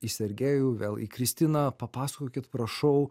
į sergejų vėl į kristiną papasakokit prašau